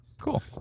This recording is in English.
Cool